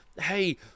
hey